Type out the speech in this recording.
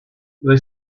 they